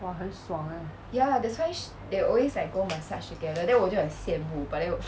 !wah! 很爽 eh